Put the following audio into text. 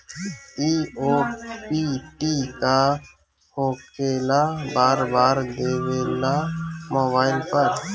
इ ओ.टी.पी का होकेला बार बार देवेला मोबाइल पर?